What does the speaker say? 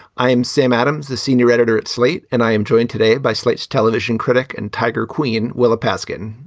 i am sam adams, a senior editor at slate. and i am joined today by slate's television critic and tiger queen willa paskin.